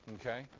Okay